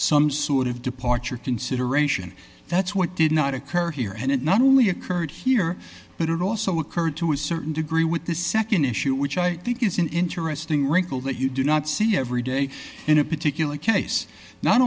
some sort of departure consideration that's what did not occur here and it not only occurred here but it also occurred to a certain degree with the nd issue which i think is an interesting wrinkle that you do not see every day in a particular case not